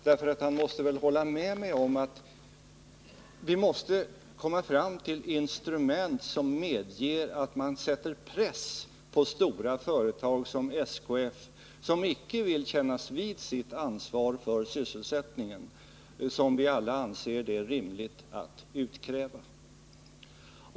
Han borde väl kunna hålla med mig om att vi måste hitta ett instrument som medger att man sätter press på stora företag som SKF, som icke vill kännas vid det ansvar för de sysselsatta som vi alla anser att det är rimligt att utkräva.